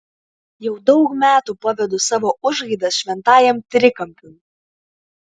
jau daug metų pavedu savo užgaidas šventajam trikampiui